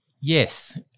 Yes